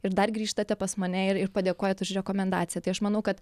ir dar grįžtate pas mane ir ir padėkojat už rekomendaciją tai aš manau kad